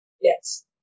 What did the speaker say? Yes